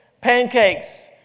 pancakes